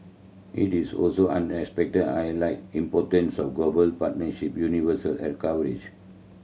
he is also unexpected highlight the importance of global partnership universal health coverage